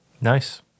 Nice